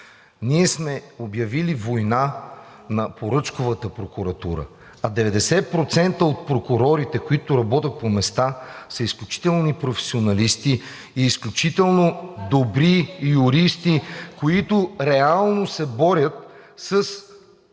Ние сме обявили война на поръчковата прокуратура, а 90% от прокурорите, които работят по места, са изключителни професионалисти и изключително добри юристи, които реално се борят с